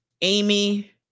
Amy